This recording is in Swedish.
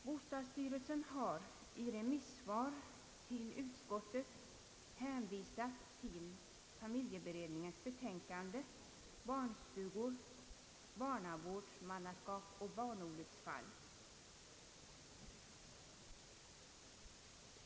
Bostadsstyrelsen har i remissvar till utskottet hänvisat till familjeberedningens betänkande, »Barnstugor, barnavårdsmannaskap och barnolycksfall».